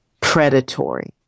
predatory